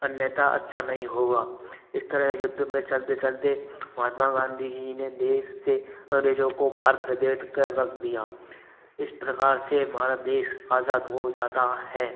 अन्यथा अच्छा नहीं होगा इस तरह युद्ध में चलते चलते महात्मा गांधी जी ने देश से अंग्रेज़ों को बाहर खदेड़ कर रख दिया इस प्रकार से हमारा देश आज़ाद हो जाता है